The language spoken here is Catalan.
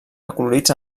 acolorits